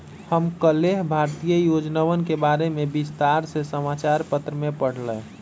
हम कल्लेह भारतीय योजनवन के बारे में विस्तार से समाचार पत्र में पढ़ लय